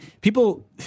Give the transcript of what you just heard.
people